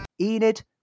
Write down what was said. Enid